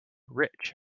rich